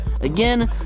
Again